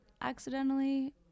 accidentally